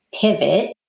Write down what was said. pivot